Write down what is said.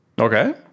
Okay